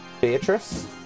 Beatrice